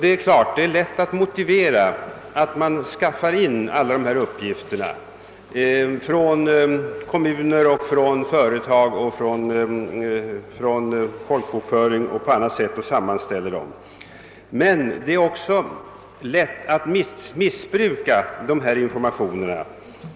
Det är lätt att motivera att alla dessa uppgifter skall skaffas in från kommuner, från företag, från folkbokföring o.s.v. och sammanställas, men det ligger också nära till hands att missbruka informationerna.